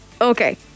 Okay